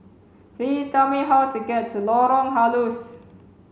please tell me how to get to Lorong Halus